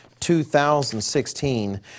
2016